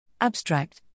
Abstract